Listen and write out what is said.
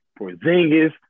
Porzingis